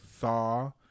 saw